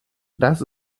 das